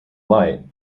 light